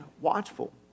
watchful